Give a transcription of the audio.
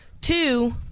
Two